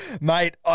Mate